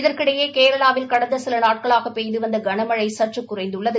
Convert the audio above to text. இதற்கிடையே கேரளாவில் கடந்த சில நாட்களாக பெய்து வந்த கனமழை சற்று குறைந்துள்ளது